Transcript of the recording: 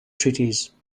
treatise